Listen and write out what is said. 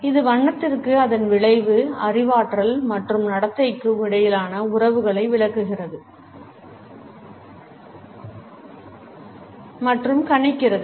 இது வண்ணத்திற்கும் அதன் விளைவு அறிவாற்றல் மற்றும் நடத்தைக்கும் இடையிலான உறவுகளை விளக்குகிறது மற்றும் கணிக்கிறது